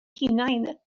hunain